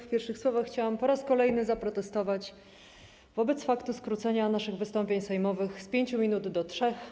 W pierwszych słowach chciałam po raz kolejny zaprotestować wobec faktu skrócenia naszych wystąpień sejmowych z 5 minut do 3.